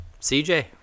CJ